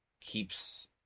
keeps